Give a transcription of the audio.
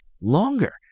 longer